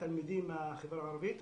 לתלמידים בחברה הערבית.